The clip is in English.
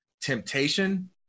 temptation